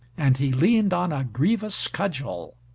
and he leaned on a grievous cudgel,